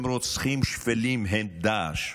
הם רוצחים שפלים, הם דאעש.